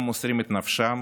גם מוסרים את נפשם